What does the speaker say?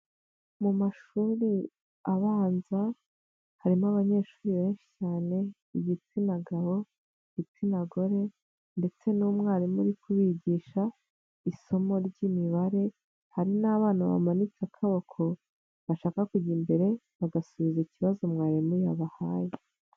Mu mashuri abanza, harimo abanyeshuri benshi cyane, igitsina gabo ,igitsina gore ndetse n'umwarimu uri kubigisha isomo ry'imibare, hari n'abana bamanitse akaboko bashaka kujya imbere, bagasubiza ikibazo mwarimu yabahaye.